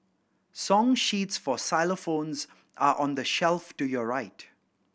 song sheets for xylophones are on the shelf to your right